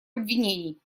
обвинений